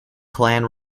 clan